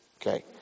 Okay